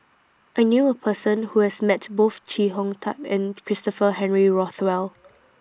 I knew A Person Who has Met Both Chee Hong Tat and Christopher Henry Rothwell